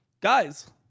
guys